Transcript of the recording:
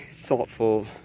thoughtful